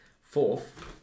Fourth